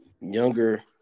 younger